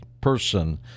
person